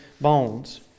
bones